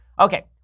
Okay